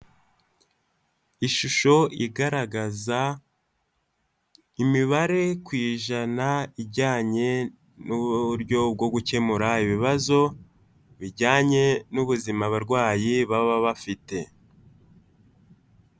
Ishusho igaragaza imibare ku ijana ijyanye n'uburyo bwo gukemura ibibazo bijyanye n'ubuzima abarwayi baba bafite.